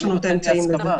יש לנו את האמצעים לזה.